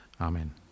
Amen